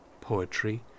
poetry